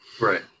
right